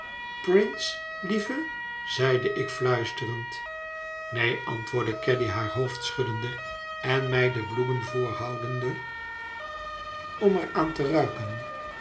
prince lieve zeide ik fluisterend neen antwoordde caddy haar hoofd schuddende en mij de bloemen voorhoudende om er aan te ruiken